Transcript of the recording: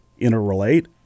interrelate